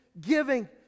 giving